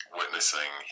witnessing